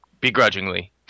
begrudgingly